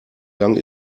lang